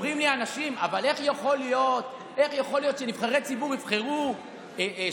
אומרים לי אנשים: אבל איך יכול להיות שנבחרי ציבור יבחרו שופט?